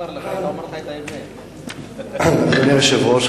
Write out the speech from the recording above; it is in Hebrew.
אדוני היושב-ראש,